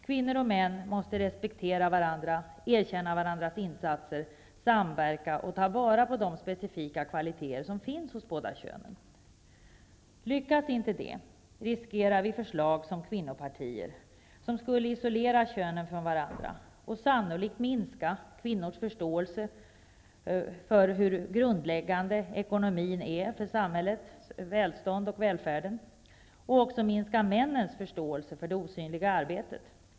Kvinnor och män måste respektera varandra, erkänna varandras insatser, samverka och ta vara på de specifika kvaliteter som finns hos båda könen. Lyckas inte det, riskerar vi att få förslag om kvinnopartier, som skulle isolera könen från varandra och sannolikt minska kvinnors förståelse för hur grundläggande ekonomin är för samhällets välstånd och för välfärden, och också minska mäns förståelse för det osynliga arbetet.